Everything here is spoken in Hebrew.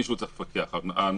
אבל מישהו צריך לפקח על הדבר הזה.